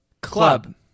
Club